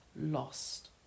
lost